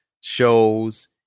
shows